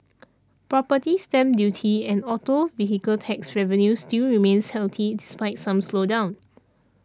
property stamp duty and auto vehicle tax revenue still remains healthy despite some slowdown